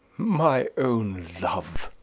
my own love!